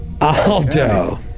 Aldo